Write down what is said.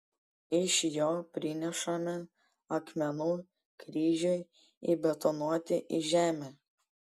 iš jo prinešame akmenų kryžiui įbetonuoti į žemę